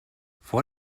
vor